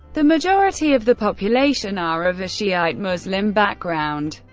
the majority of the population are of a shiite muslim background.